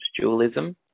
dualism